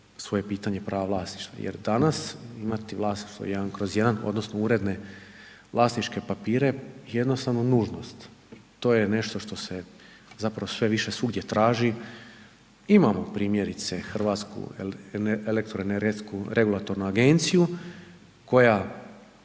svoje pitanje pravo vlasništva. Jer danas imati vlasništvo 1/1 odnosno uredne vlasničke papire je jednostavno nužnost. To je nešto što se zapravo sve više svugdje traži. Imamo primjerice Hrvatsku elektroenergetsku regulatornu agenciju koja